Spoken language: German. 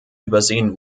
übersehen